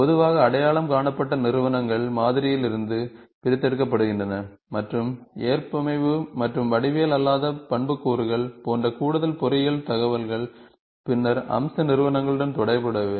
பொதுவாக அடையாளம் காணப்பட்ட நிறுவனங்கள் மாதிரியிலிருந்து பிரித்தெடுக்கப்படுகின்றன மற்றும் ஏற்பமைவு மற்றும் வடிவியல் அல்லாத பண்புக்கூறுகள் போன்ற கூடுதல் பொறியியல் தகவல்கள் பின்னர் அம்ச நிறுவனங்களுடன் தொடர்புடையவை